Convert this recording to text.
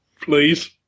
Please